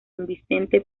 vicente